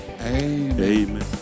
Amen